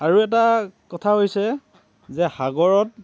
আৰু এটা কথা হৈছে যে সাগৰত